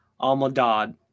Almadad